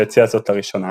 שהציע זאת לראשונה